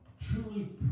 truly